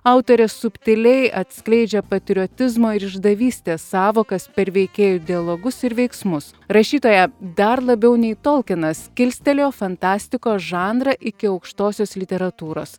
autorė subtiliai atskleidžia patriotizmo ir išdavystės sąvokas per veikėjų dialogus ir veiksmus rašytoja dar labiau nei tolkinas kilstelėjo fantastikos žanrą iki aukštosios literatūros